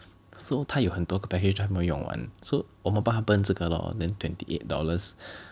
so 他有很多个 package 他没有用完 so 我们帮他 burn 这个 lor then twenty eight dollars